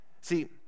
See